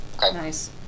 Nice